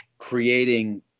creating